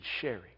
sharing